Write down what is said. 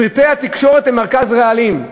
פרטי התקשורת למרכז רעלים.